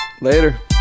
later